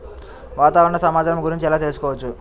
వాతావరణ సమాచారము గురించి ఎలా తెలుకుసుకోవచ్చు?